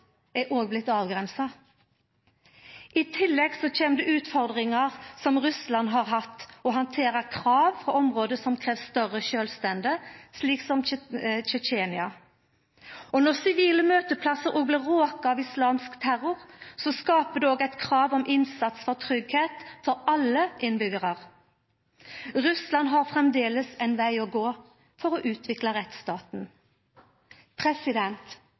er òg blitt avgrensa. I tillegg kjem det utfordringar som Russland har hatt med å handtera krav frå område som krev større sjølvstende, slik som Tsjetsjenia. Og når sivile møteplassar blir råka av islamsk terror, skaper det òg eit krav om innsats for tryggleik for alle innbyggjarar. Russland har framleis ein veg å gå for å utvikla rettsstaten.